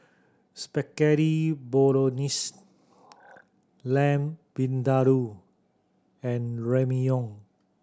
Spaghetti Bolognese Lamb Vindaloo and Ramyeon